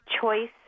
choice